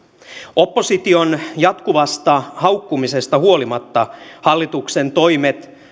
opposition jatkuvasta haukkumisesta huolimatta hallituksen toimet